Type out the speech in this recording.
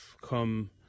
come